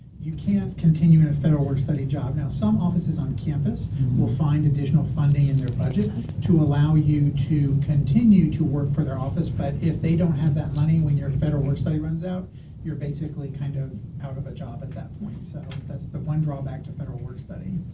you can't continue in a federal work-study job. now some offices on campus will find additional funding in their budget to allow you to continue to work for their office but if they don't have that money when your federal work-study runs out you're basically kind of out of a job at that point. so, that's the one drawback to federal work-study.